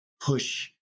push